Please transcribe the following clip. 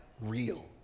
real